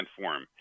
form